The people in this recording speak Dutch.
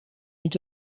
niet